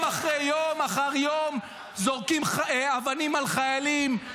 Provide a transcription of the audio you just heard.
אחרי יום אחר יום זורקים אבנים על חיילים,